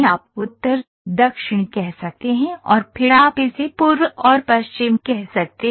आप उत्तर दक्षिण कह सकते हैं और फिर आप इसे पूर्व और पश्चिम कह सकते हैं